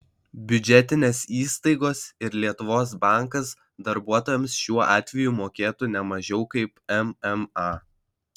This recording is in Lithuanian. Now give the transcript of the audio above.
biudžetinės įstaigos ir lietuvos bankas darbuotojams šiuo atveju mokėtų ne mažiau kaip mma